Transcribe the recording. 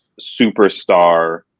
superstar